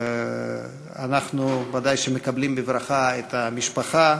אנחנו ודאי מקבלים בברכה את המשפחה,